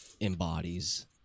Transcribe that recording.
Embodies